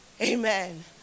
Amen